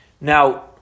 Now